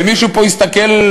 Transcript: ומישהו פה יסתכל.